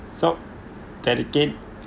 so that again